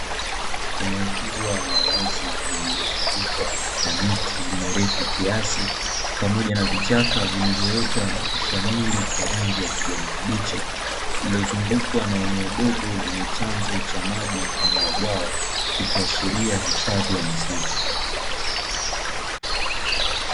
Eneo kubwa la wazi lililozungukwa na miti mirefu kiasi, pamoja na vichaka vilivyoota na kushamiri kwa rangi ya kijani kibichi, lililozungukwa na eneo dogo lenye chanzo cha maji mfano wa bwawa, likiashiria hifadhi ya misitu.